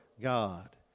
God